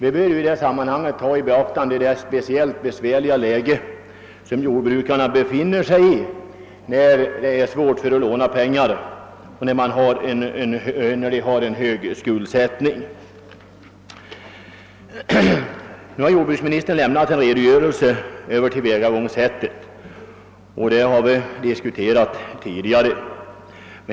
I detta sammanhang bör också beaktas det speciellt besvärliga läge som jordbrukarna befinner sig i då det är svårt att få låna pengar och de ofta är högt skuldsatta. Jordbruksministern har redogjort för tillvägagångssättet, och det har vi dis kuterat tidigare.